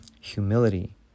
humility